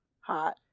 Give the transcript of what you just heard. Hot